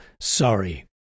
sorry